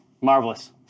Marvelous